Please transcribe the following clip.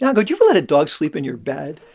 nyaga, would you let a dog sleep in your bed?